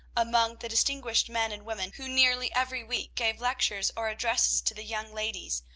among the distinguished men and women who nearly every week gave lectures or addresses to the young ladies,